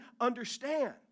understand